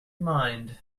mind